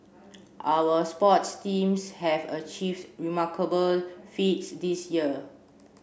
our sports teams have achieved remarkable feats this year